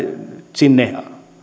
sinne